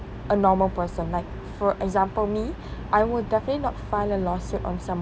a normal person like for example me I will definitely not file a lawsuit on someone